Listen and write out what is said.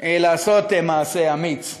לעשות מעשה אמיץ.